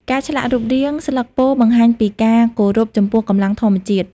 ការឆ្លាក់រូបរាង ស្លឹកពោធិ៍បង្ហាញពីការគោរពចំពោះកម្លាំងធម្មជាតិ។